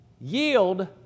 Yield